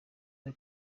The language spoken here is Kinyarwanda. ari